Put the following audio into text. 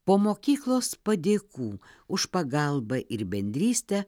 po mokyklos padėkų už pagalbą ir bendrystę